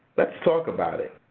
let's talk about it.